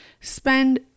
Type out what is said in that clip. Spend